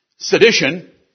Sedition